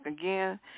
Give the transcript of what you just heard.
again